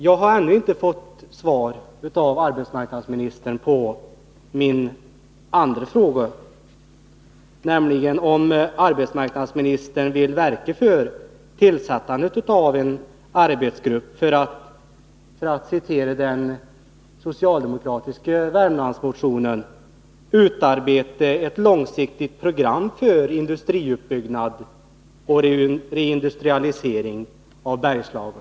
Jag har ännu inte fått svar av arbetsmarknadsministern på min andra fråga, nämligen om arbetsmarknadsministern vill verka för tillsättandet av en arbetsgrupp ”för att” — för att citera den socialdemokratiska Värmlandsmotionen — ”utarbeta ett långsiktigt program för industriutbyggnaden och reindustrialiseringen av Bergslagen”.